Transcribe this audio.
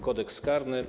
Kodeks karny.